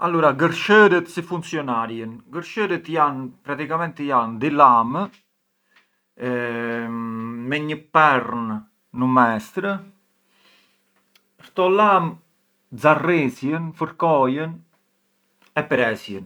Allura gërshërët si funcjonarjën, gërshërët jan praticamenti di lamë me një pern numestr, këto lamë xarrisjën, fërkojën e presjën.